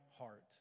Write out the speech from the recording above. heart